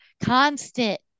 constant